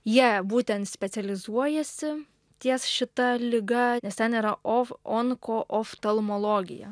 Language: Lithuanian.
jie būtent specializuojasi ties šita liga nes ten yra of onkooftalmologija